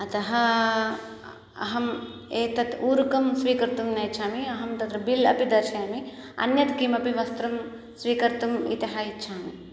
अतः अहम् एतत् ऊरुकं स्वीकर्तुं नेच्छामि अहं तत्र बिल् अपि दर्शयामि अन्यत् किमपि वस्त्रं स्वीकर्तुम् इतः इच्छामि